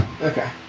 okay